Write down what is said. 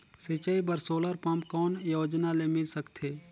सिंचाई बर solar pump कौन योजना ले मिल सकथे?